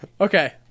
okay